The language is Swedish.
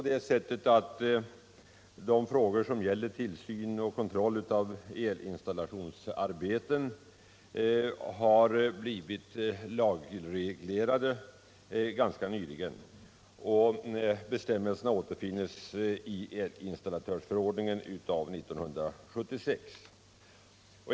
De frågor som gäller tillsyn och kontroll av elinstallationsarbeten har blivit lagreglerade ganska nyligen, och bestämmelserna återfinns i elinstallatörsförordningen av år 1976.